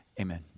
Amen